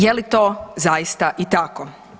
Je li to zaista i tako?